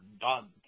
done